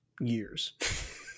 years